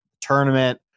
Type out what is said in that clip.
tournament